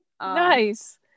nice